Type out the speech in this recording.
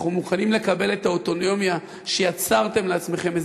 אנחנו מוכנים לקבל את האוטונומיה שיצרתם לעצמכם,